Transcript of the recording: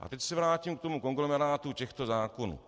A teď se vrátím k tomu konglomerátu těchto zákonů.